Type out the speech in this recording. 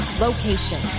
location